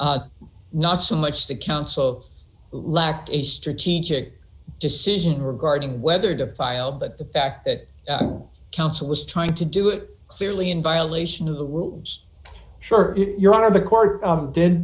not so much the counsel lacked a strategic decision regarding whether to file but the fact that counsel was trying to do it clearly in violation of the sure your honor the court